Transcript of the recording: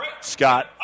Scott